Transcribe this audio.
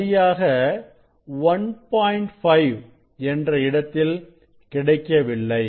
5 என்ற இடத்தில் கிடைக்கவில்லை